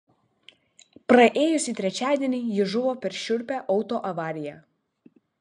praėjusį trečiadienį ji žuvo per šiurpią autoavariją